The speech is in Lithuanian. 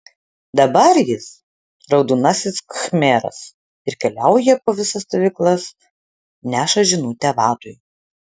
dabar jis raudonasis khmeras ir keliauja po visas stovyklas neša žinutę vadui